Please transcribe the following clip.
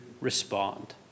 respond